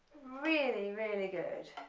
really really good,